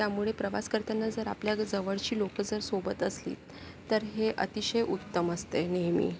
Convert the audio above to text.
त्यामुळे प्रवास करताना जर आपल्या जर जवळची लोक जर सोबत असली तर हे अतिशय उत्तम असते नेहमी